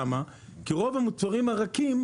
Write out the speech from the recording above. הסיבה כי רוב המוצרים הרכים,